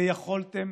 ויכולתם